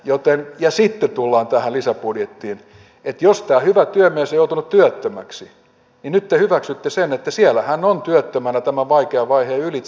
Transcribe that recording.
joten ja sitten tullaan tähän lisäbudjettiin jos tämä hyvä työmies on joutunut työttömäksi niin nyt te hyväksytte sen että siellä hän on työttömänä tämän vaikean vaiheen ylitse